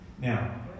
Now